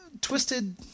Twisted